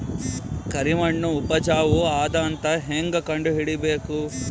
ಕರಿಮಣ್ಣು ಉಪಜಾವು ಅದ ಅಂತ ಹೇಂಗ ಕಂಡುಹಿಡಿಬೇಕು?